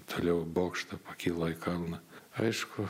toliau bokšto pakilo į kalną aišku